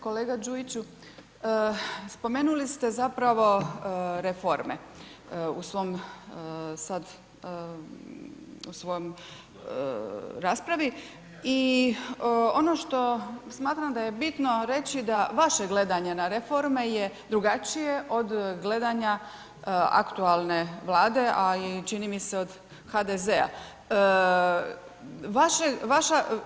Kolega Đujiću, spomenuli ste zapravo reforme u svom sad, u svojoj raspravi i ono što smatram da je bitno reći da vaše gledanje na reforme je drugačije od gledanja aktualne Vlade a i čini mi se od HDZ-a.